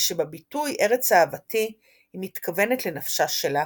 ושבביטוי 'ארץ אהבתי' היא מתכוונת לנפשה שלה.